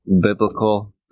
biblical